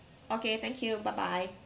okay thank you bye bye